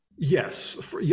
Yes